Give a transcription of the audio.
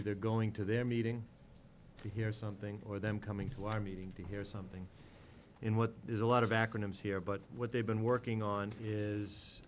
either going to their meeting to hear something or them coming to our meeting to hear something in what is a lot of acronyms here but what they've been working on is